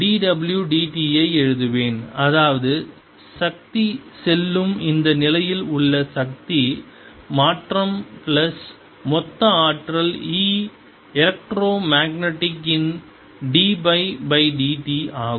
10 நான் dw dt ஐ எழுதுவேன் அதாவது சக்தி செல்லும் இந்த நிலையில் உள்ளே சக்தி மாற்றம் பிளஸ் மொத்த ஆற்றல் E எலக்றோமக்நெடிக் இன் d பை dt ஆகும்